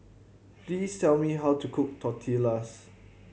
please tell me how to cook Tortillas